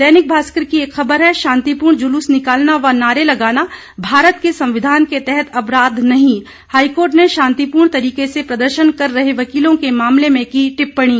दैनिक भास्कर की खबर है शांतिपूर्ण जुलूस निकालना व नारे लगाना भारत के संविधान के तहत अपराध नहीं हाईकोर्ट ने शांतिपूर्ण तरीके से प्रदर्शन कर रहे वकीलों के मामले में की टिप्पणी